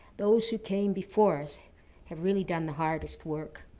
those who came before us have really done the hardest work.